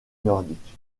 nordique